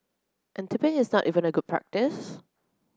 and tipping is not even a good practice